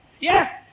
Yes